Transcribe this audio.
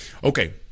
Okay